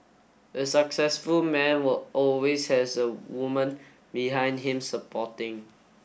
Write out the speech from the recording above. a successful man will always has a woman behind him supporting